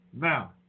Now